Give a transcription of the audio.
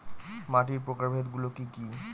মাটির প্রকারভেদ গুলো কি কী?